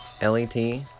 L-E-T